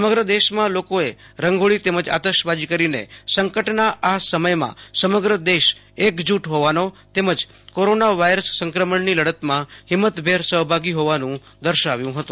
સમગ્ર દેશમાં લોકોએ રંગોળી તેમજ આતશબાજી કરીને સંકટના આ સમયમાં સમગ્ર દેશ એકજૂટ હોવાનો તેમજ કોરોના વાયરસ સંક્રમણની લડતમાં હિંમતભેર સહભાગી થયા હોવાનું દર્શાવ્યું હતું